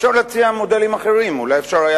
אפשר להציע מודלים אחרים, אולי אפשר היה